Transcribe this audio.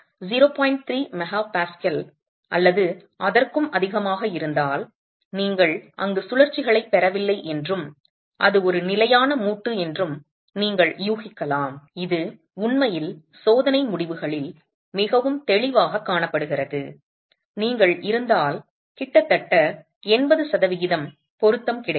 3 MPa அல்லது அதற்கும் அதிகமாக இருந்தால் நீங்கள் அங்கு சுழற்சிகளைப் பெறவில்லை என்றும் அது ஒரு நிலையான மூட்டு என்றும் நீங்கள் யூகிக்கலாம் இது உண்மையில் சோதனை முடிவுகளில் மிகவும் தெளிவாகக் காணப்படுகிறது நீங்கள் இருந்தால் கிட்டத்தட்ட 80 சதவிகிதம் பொருத்தம் கிடைக்கும்